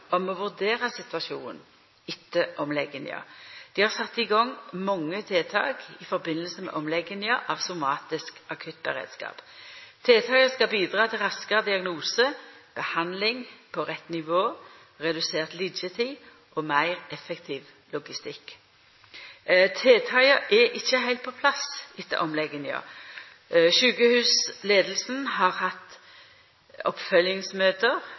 å vurdere situasjonen etter omleggingen. De har satt i gang mange tiltak i forbindelse med omleggingen av somatisk akuttberedskap. Tiltakene skal bidra til raskere diagnose, behandling på riktig nivå, redusert liggetid og mer effektiv logistikk. Tiltakene er ikke helt på plass etter omleggingen. Sykehusledelsen har hatt oppfølgingsmøter